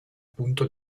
punto